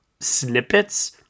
snippets